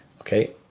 Okay